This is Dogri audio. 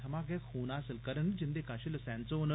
थमां खून हासल करन जिंदे कष लसैंस होन